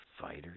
fighter